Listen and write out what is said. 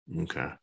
Okay